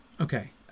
okay